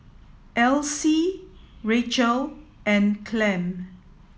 L C Rachel and Clem